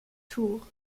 tour